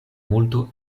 multo